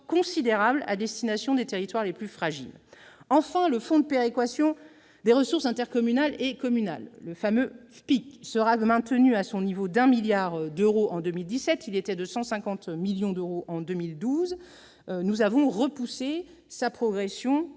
considérable à destination des territoires les plus fragiles. Enfin, le fonds national de péréquation des ressources intercommunales et communales, le fameux FPIC, sera maintenu à son niveau de 1 milliard d'euros en 2017, alors qu'il était de 150 millions d'euros en 2012. Nous avons repoussé sa progression